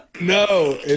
No